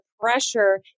pressure